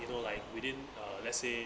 you know like within uh let's say